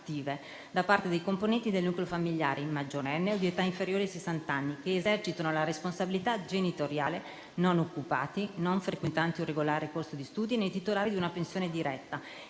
da parte dei componenti del nucleo familiare maggiorenni o di età inferiore ai sessanta anni, che esercitino la responsabilità genitoriale, non occupati, non frequentanti un regolare corso di studi, né titolari di una pensione diretta